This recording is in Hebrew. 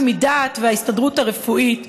"מדעת" וההסתדרות הרפואית בוועדה,